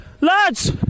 lads